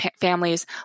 families